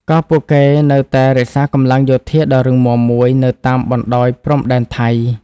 ក៏ពួកគេនៅតែរក្សាកម្លាំងយោធាដ៏រឹងមាំមួយនៅតាមបណ្ដោយព្រំដែនថៃ។